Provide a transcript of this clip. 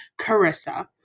carissa